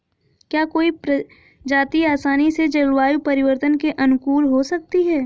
क्या कोई प्रजाति आसानी से जलवायु परिवर्तन के अनुकूल हो सकती है?